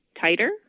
tighter